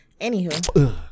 anywho